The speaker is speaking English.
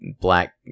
black